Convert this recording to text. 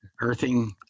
earthing